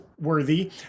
worthy